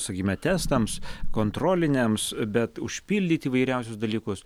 sakykime testams kontroliniams bet užpildyt įvairiausius dalykus